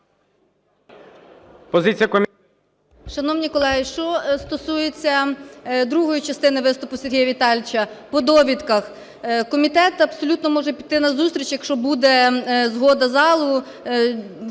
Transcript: Шановні колеги, що стосується другої частини виступу Сергія Віталійовича по довідках. Комітет абсолютно може піти назустріч, якщо буде згода залу,